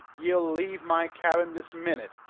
ye'll leave my cabin this minute,